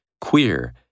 queer